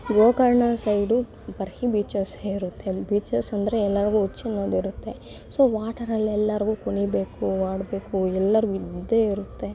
ಗೋಕರ್ಣದ side ಬರೀ ಬೀಚಸ್ಸೇ ಇರುತ್ತೆ ಬೀಚಸ್ಸಂದ್ರೆ ಎಲ್ಲರಿಗೂ ಹುಚ್ಚನ್ನೋದಿರುತ್ತೆ ಸೊ ವಾಟರಲೆಲ್ಲರಿಗೂ ಕುಣಿಬೇಕು ಆಡಬೇಕು ಎಲ್ಲರಿಗೂ ಇದ್ದೇ ಇರುತ್ತೆ